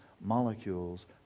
molecules